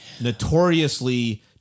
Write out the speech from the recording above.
notoriously